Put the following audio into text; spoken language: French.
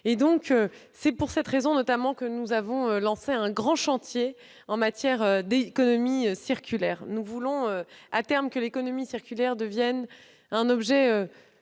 C'est pour cette raison, notamment, que nous avons lancé un grand chantier en matière d'économie circulaire. Nous voulons que, à terme, l'économie circulaire devienne plus